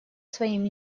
своим